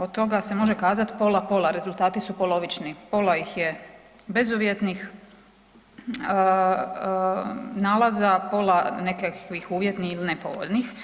od toga se može kazat pola pola, rezultati su polovični, pola ih je bezuvjetnih nalaza, pola nekakvih uvjetnih ili nepovoljnih.